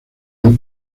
del